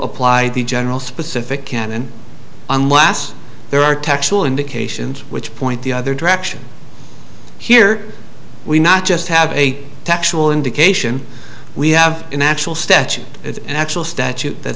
apply the general specific can and unless there are textual indications which point the other direction here we not just have a actual indication we have an actual statute it's an actual statute that